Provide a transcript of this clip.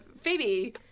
Phoebe